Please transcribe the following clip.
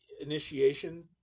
initiation